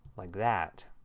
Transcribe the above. like that.